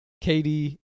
Katie